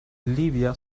libia